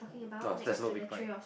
ah there's no big pie